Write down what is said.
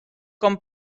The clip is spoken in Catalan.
com